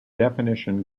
definition